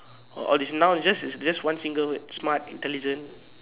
all these nouns is just is just one single word smart intelligent